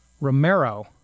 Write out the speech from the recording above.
Romero